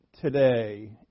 today